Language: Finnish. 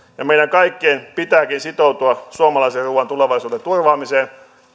ja meidän kaikkien pitääkin sitoutua suomalaisen ruuan tulevaisuuden turvaamiseen